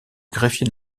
greffier